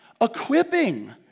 equipping